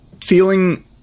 feeling